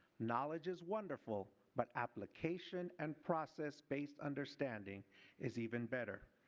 knowledge is wonderful, but application and process based understanding is even better.